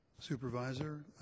Supervisor